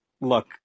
look